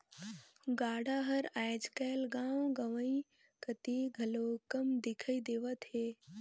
गाड़ा हर आएज काएल गाँव गंवई कती घलो कम दिखई देवत हे